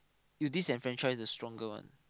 you disenfranchise the stronger one